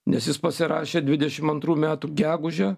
nes jis pasirašė dvidešim antrų metų gegužę